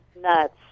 nuts